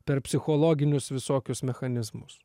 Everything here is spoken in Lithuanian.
per psichologinius visokius mechanizmus